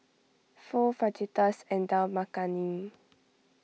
Pho Fajitas and Dal Makhani